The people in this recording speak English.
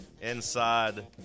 inside